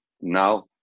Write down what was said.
now